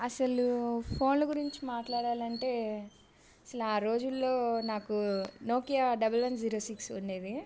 అసలు ఫోన్ల గురించి మాట్లాడాలంటే అసలు ఆ రోజులలో నాకు Nokia double one zero six ఉండేది